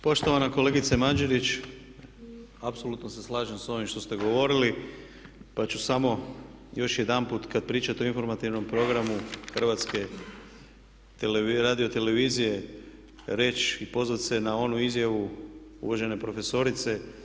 Poštovana kolegice Mađerić apsolutno se slažem sa ovim što ste govorili, pa ću samo još jedanput kad pričate o informativnom programu Hrvatske radiotelevizije reći i pozvati se na onu izjavu uvažene profesorice.